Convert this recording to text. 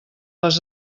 les